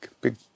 big